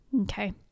Okay